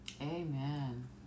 Amen